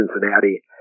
Cincinnati